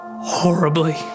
horribly